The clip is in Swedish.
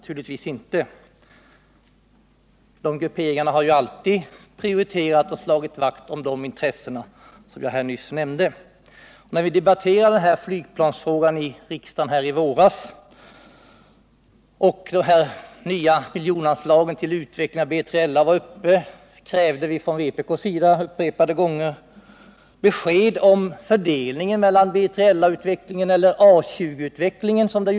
Dessa grupperingar har ju alltid prioriterat och slagit vakt om nyss nämnda intressen. När vi debatterade flygplansfrågan här i riksdagen i våras och när frågan om miljonanslagen till utveckling av B3LA diskuterades, krävde vi från vpk:s sida vid upprepade tillfällen besked om fördelningen mellan B3LA projektet och A 20-projektet.